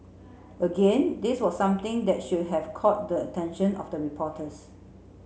again this was something that should have caught the attention of the reporters